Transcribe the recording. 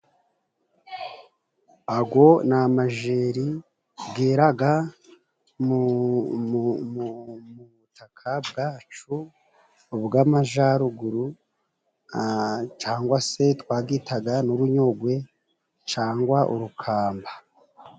Ago ni amajeri, geraga mu butaka bwacu bw'amajaruguru cangwa se twagitaga n'urunyogwe cangwa urukamba.